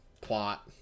Plot